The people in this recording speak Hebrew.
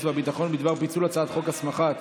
והביטחון בדבר פיצול הצעת חוק הסמכת